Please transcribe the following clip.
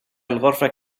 الغرفة